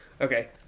okay